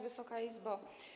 Wysoka Izbo!